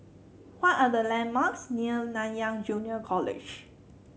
what are the landmarks near Nanyang Junior College